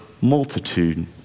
multitude